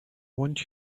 want